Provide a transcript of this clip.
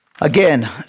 Again